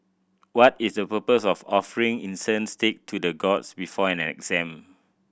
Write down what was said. what is the purpose of offering incense stick to the gods before an exam